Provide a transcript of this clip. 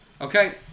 Okay